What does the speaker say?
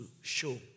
show